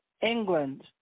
England